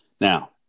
Now